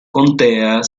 contea